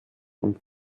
und